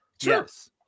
Yes